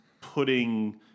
putting